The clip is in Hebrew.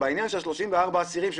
בעניין של 34 אסירים,